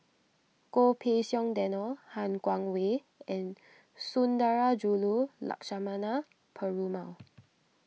Goh Pei Siong Daniel Han Guangwei and Sundarajulu Lakshmana Perumal